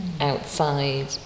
outside